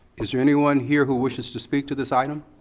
is there anyone here who wishes to speak to this item?